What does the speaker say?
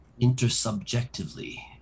intersubjectively